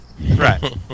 right